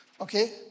Okay